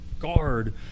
guard